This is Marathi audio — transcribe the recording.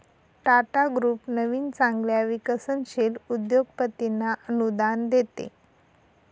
टाटा ग्रुप नवीन चांगल्या विकसनशील उद्योगपतींना अनुदान देते